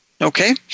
Okay